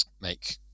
make